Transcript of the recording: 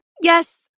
Yes